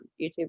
YouTube